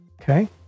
okay